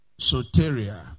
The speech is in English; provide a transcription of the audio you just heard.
soteria